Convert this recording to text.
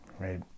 right